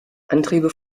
antriebe